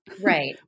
Right